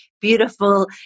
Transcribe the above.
beautiful